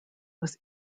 was